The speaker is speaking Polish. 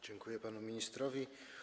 Dziękuję panu ministrowi.